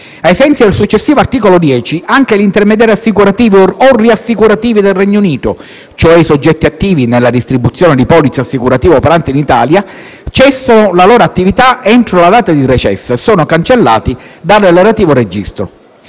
Ai sensi del successivo articolo 10, anche gli intermediari assicurativi o riassicurativi del Regno Unito, ossia i soggetti attivi nella distribuzione di polizze assicurative operanti in Italia, cessano la loro attività entro la data di recesso e sono cancellati dal relativo registro.